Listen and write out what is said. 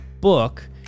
book